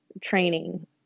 training